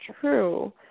true